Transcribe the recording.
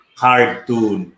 cartoon